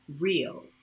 real